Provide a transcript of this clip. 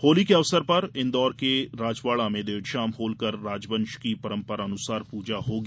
होली के अवसर पर इन्दौर के राजवाड़ा में देर शाम होलकर राजवंश की परंपरानुसार पूजा होगी